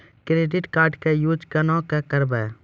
Credit card के use कोना के करबऽ?